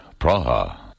Praha